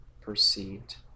perceived